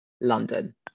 London